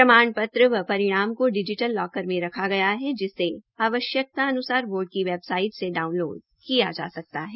प्रमाण पत्र व परिणाम को डिजीटल लोकर में रखा गया है जिसे आवश्क्तान्सार बोर्ड की वेबसाईट से डाउनलोड किया जा सकता है